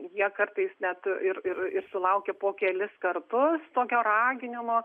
jie kartais net ir ir ir sulaukia po kelis kartus tokio raginimo